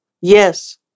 Yes